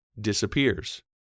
disappears